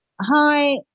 Hi